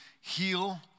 heal